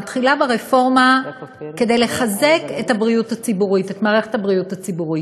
מתחילה ברפורמה כדי לחזק את מערכת הבריאות הציבורית.